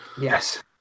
yes